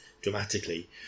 dramatically